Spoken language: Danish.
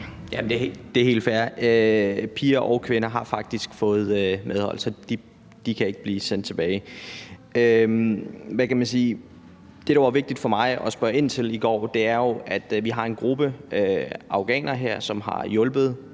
Det er helt fair. Piger og kvinder har faktisk fået medhold, så de kan ikke blive sendt tilbage. Det, der var vigtigt for mig at spørge ind til i går, er jo, at vi har en gruppe afghanere her, som har hjulpet